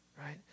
right